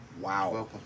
Wow